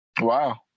Wow